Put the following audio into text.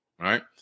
Right